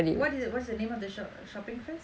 what is it what's the name of the shop shopping festival